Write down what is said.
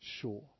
sure